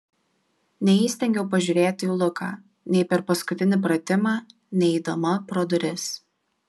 neįstengiau pažiūrėti į luką nei per paskutinį pratimą nei eidama pro duris